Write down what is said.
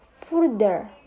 further